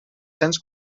cents